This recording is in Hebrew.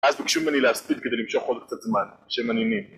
אז בבקשו ממני להספיד כדי למשוך עוד קצת זמן, שמנעימים